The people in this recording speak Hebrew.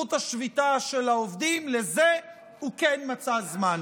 זכות השביתה של העובדים, לזה הוא כן מצא זמן.